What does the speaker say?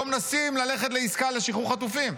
לא מנסים ללכת לעסקה לשחרור חטופים.